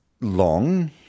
long